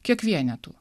kiek vienetų